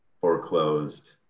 foreclosed